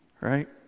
Right